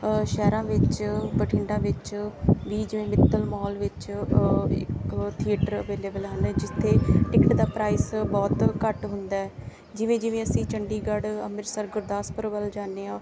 ਸ਼ਹਿਰਾਂ ਵਿੱਚ ਬਠਿੰਡਾ ਵਿੱਚ ਵੀ ਜਿਵੇਂ ਮਿੱਤਲ ਮੋਲ ਵਿੱਚ ਇੱਕ ਥੀਏਟਰ ਅਵੇਲੇਬਲ ਹਨ ਜਿੱਥੇ ਟਿਕਟ ਦਾ ਪ੍ਰਾਈਸ ਬਹੁਤ ਘੱਟ ਹੁੰਦਾ ਹੈ ਜਿਵੇਂ ਜਿਵੇਂ ਅਸੀਂ ਚੰਡੀਗੜ੍ਹ ਅੰਮ੍ਰਿਤਸਰ ਗੁਰਦਾਸਪੁਰ ਵੱਲ ਜਾਂਦੇ ਹਾਂ